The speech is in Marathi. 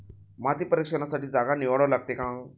माती परीक्षणासाठी जागा निवडावी लागते का?